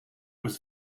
was